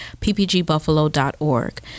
ppgbuffalo.org